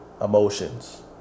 emotions